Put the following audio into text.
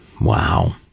Wow